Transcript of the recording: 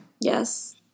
Yes